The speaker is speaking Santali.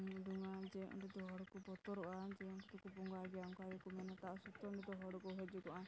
ᱚᱸᱰᱮ ᱢᱟ ᱡᱮ ᱦᱚᱲ ᱠᱚ ᱵᱚᱛᱚᱨᱚᱜᱼᱟ ᱡᱮ ᱩᱱᱠᱩ ᱠᱚ ᱵᱚᱸᱜᱟᱭ ᱜᱮᱭᱟ ᱚᱱᱠᱟ ᱜᱮᱠᱚ ᱢᱮᱱ ᱠᱟᱜᱼᱟ ᱥᱩᱛᱟᱹᱢ ᱫᱚ ᱦᱚᱲ ᱠᱚ ᱦᱤᱡᱩᱜᱚᱜᱼᱟ